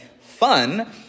fun